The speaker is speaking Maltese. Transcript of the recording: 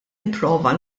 nipprova